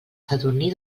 sadurní